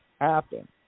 happen